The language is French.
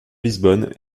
lisbonne